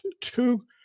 two